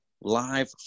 live